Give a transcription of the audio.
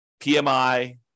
PMI